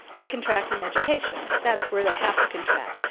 they contract in education. that's where they have to contract.